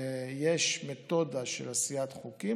יש מתודה של עשיית חוקים,